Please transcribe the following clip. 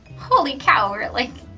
holy cow we're at, like,